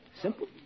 Simple